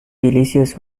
delicious